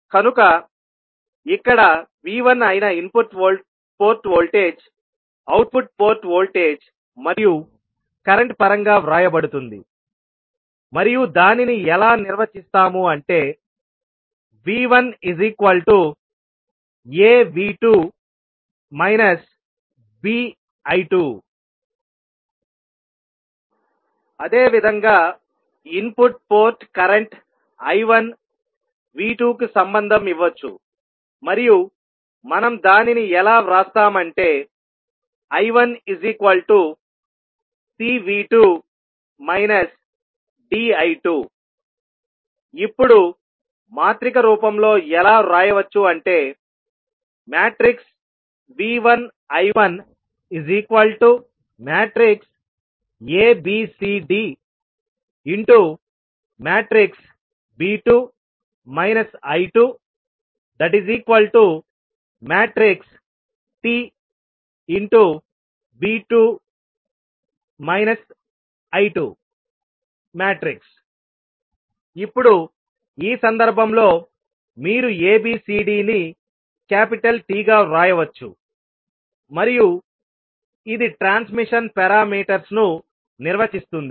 కనుక ఇక్కడ V1 అయిన input port voltage output port voltage మరియు కరెంట్ పరంగా వ్రాయబడుతుంది మరియు దానిని ఎలా నిర్వచిస్తాము అంటే V1AV2 BI2 అదేవిధంగా input port current I1 V2 కు సంబంధం ఇవ్వవచ్చు మరియు మనం దానిని ఎలా వ్రాస్తామంటే I1CV2 DI2 ఇప్పుడు మాత్రిక రూపంలో ఎలా వ్రాయవచ్చు అంటే V1 I1 A B C D V2 I2 TV2 I2 ఇప్పుడు ఈ సందర్భంలో మీరు ABCD ని క్యాపిటల్ T గా వ్రాయవచ్చు మరియు ఇది ట్రాన్స్మిషన్ పారామీటర్స్ ను నిర్వచిస్తుంది